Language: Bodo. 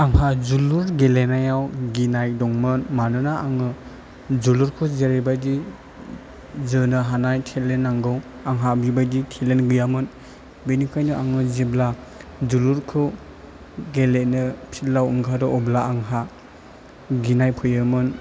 आंहा जोलुर गेलेनायाव गिनाय दंमोन मानोना आङो जोलुरखौ जेरैबायदि जोनो हानाय टेलेन्ट नांगौ आंहा बेबायदि टेलेन्ट गैयामोन बेनिखायनो आङो जेब्ला जोलुरखौ गेलेनो फिल्दाव ओंखारो अब्ला आंहा गिनाय फैयोमोन